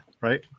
right